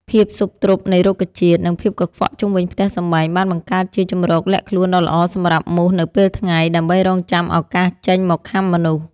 ភាពស៊ុបទ្រុបនៃរុក្ខជាតិ និងភាពកខ្វក់ជុំវិញផ្ទះសម្បែងបានបង្កើតជាជម្រកលាក់ខ្លួនដ៏ល្អសម្រាប់មូសនៅពេលថ្ងៃ ដើម្បីរង់ចាំឱកាសចេញមកខាំមនុស្ស។